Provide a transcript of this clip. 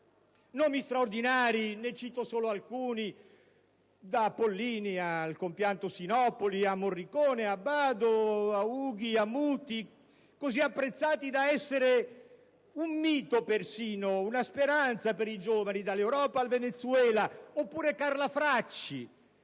nomi straordinari ne cito solo alcuni: da Pollini al compianto Sinopoli, da Morricone ad Abbado, da Ughi a Muti, così apprezzati da essere un mito o una speranza per i giovani, dall'Europa al Venezuela; oppure Carla Fracci